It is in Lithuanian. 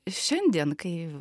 šiandien kai